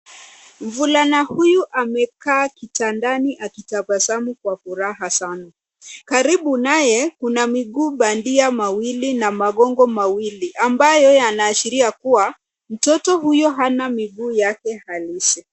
Mvulana huyu amekaa kitandani akitabasamu kwa furaha sana. Karibu naye, kuna miguu bandia mawili na magongo mawili ambayo yanaashiria kuwa, mtoto huyo hana miguu yake halisi.